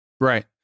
Right